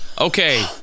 okay